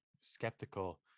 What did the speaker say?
skeptical